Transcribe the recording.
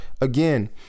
again